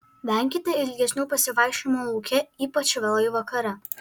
venkite ilgesnių pasivaikščiojimų lauke ypač vėlai vakare